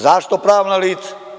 Zašto pravna lica?